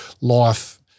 life